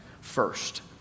first